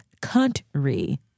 country